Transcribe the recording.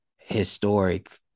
historic